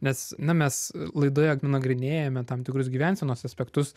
nes na mes laidoje nagrinėjame tam tikrus gyvensenos aspektus